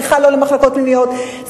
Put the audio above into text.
צריכה לא למחלקות פנימיות,